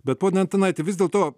bet pone antanaiti vis dėlto